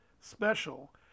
special